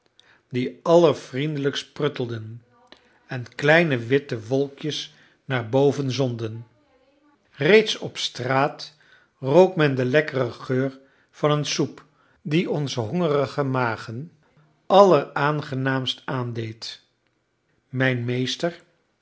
die allerverleidelijkst pruttelden en kleine witte wolkjes naar boven zonden reeds op straat rook men den lekkeren geur van een soep die onze hongerige magen alleraangenaamst aandeed mijn meester